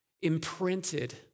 imprinted